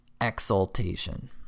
Exaltation